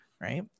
right